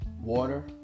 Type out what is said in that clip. water